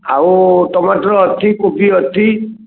ଆଉ ଟମାଟର ଅଛି କୋବି ଅଛି